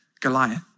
Goliath